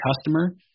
customer